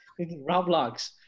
Roblox